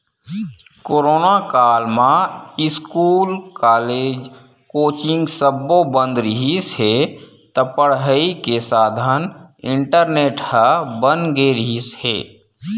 corona काल म school, college, coaching सब्बो बंद रिहिस हे त पड़ई के साधन इंटरनेट ह बन गे रिहिस हे